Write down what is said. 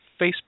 Facebook